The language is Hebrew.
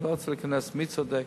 אני לא רוצה להיכנס מי צודק,